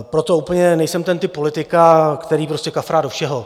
Proto úplně nejsem ten typ politika, který prostě kafrá do všeho.